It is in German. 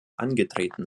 angetreten